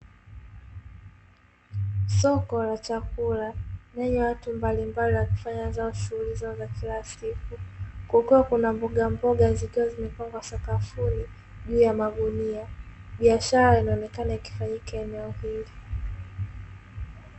Soko la chakula lenye watu mbalimbali, wakifanya zao shughuli zao za kila siku kukiwa kuna mboga mboga zikiwa zimepangwa sakafuni juu ya magunia, biashara inaonekana ikifanyika eneo hili.